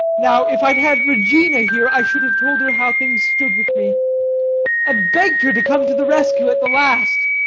now if i'd had regina here, i should have told her how things stood with me and begged her to come to the rescue at the last.